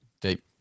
deep